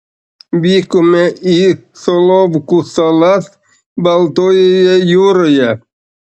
vykome į solovkų salas baltojoje jūroje